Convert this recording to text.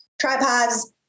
tripods